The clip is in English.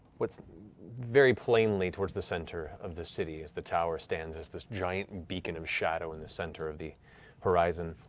what's very plainly towards the center of the city as the tower stands as this giant beacon of shadow in the center of the horizon.